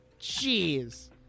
Jeez